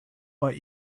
but